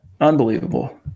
Unbelievable